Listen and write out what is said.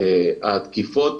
התקיפות